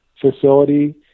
facility